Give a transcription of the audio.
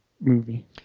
movie